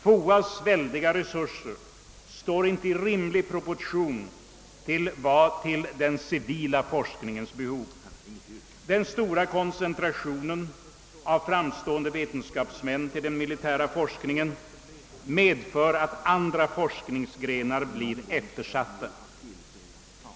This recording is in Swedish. FOA:s väldiga resurser står ju inte i rimlig proportion till den civila forskningens behov. Den stora koncentrationen av framstående vetenskapsmän till den militära forskningen medför att andra forskningsgrenar blir eftersatta.